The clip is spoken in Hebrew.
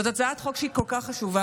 זאת הצעת חוק שהיא כל כך חשובה.